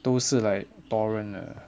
都是 like torrent uh